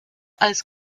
als